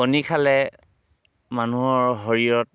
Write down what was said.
কণী খালে মানুহৰ শৰীৰত